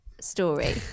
story